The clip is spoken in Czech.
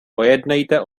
pojednejte